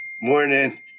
Morning